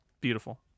beautiful